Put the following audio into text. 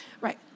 Right